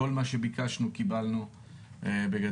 כל מה שביקשנו קיבלנו ובגדול.